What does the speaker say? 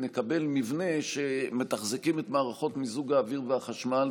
נקבל מבנה שמתחזקים בו את מערכות מיזוג האוויר והחשמל,